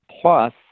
Plus